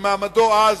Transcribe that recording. במעמדו אז